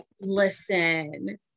listen